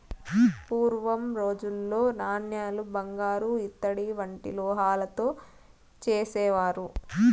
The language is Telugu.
పూర్వం రోజుల్లో నాణేలు బంగారు ఇత్తడి వంటి లోహాలతో చేసేవారు